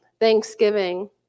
thanksgiving